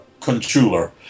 controller